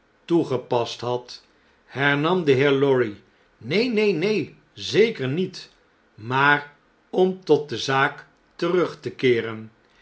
toegepast had hernam de heer lorry neen neen neen zeker niet maar om tot de zaakterug te keeren